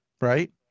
Right